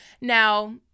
now